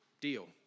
deal